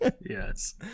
Yes